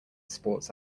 sports